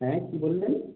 হ্যাঁ কী বললেন